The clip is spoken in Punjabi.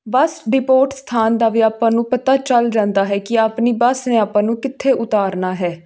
ਬੱਸ ਡਿਪੋਰਟ ਸਥਾਨ ਦਾ ਵੀ ਆਪਾਂ ਨੂੰ ਪਤਾ ਚੱਲ ਜਾਂਦਾ ਹੈ ਕਿ ਆਪਣੀ ਬੱਸ ਨੇ ਆਪਾਂ ਨੂੰ ਕਿੱਥੇ ਉਤਾਰਨਾ ਹੈ